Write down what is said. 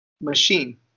machine